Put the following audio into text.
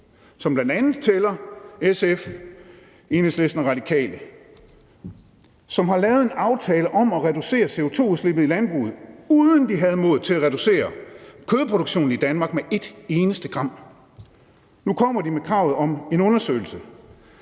som bl.a. tæller SF, Enhedslisten og Radikale, som har lavet en aftale om at reducere CO2-udslippet i landbruget, uden at de havde modet til at reducere kødproduktionen i Danmark med et eneste gram. Nu kommer de med kravet om en undersøgelse,